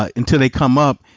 ah until they come up,